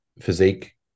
physique